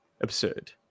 absurd